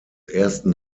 ersten